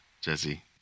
Jesse